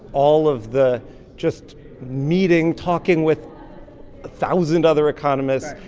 all of the just meeting, talking with thousand other economists,